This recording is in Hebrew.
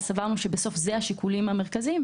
סברנו שאלה השיקולים המרכזיים,